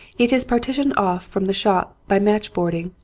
it is partitioned off from the shop by matchboarding,